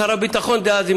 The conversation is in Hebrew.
ושר הביטחון דאז,